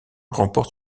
remporte